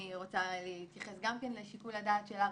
אני רוצה להתייחס גם לשיקול הדעת של הרשות.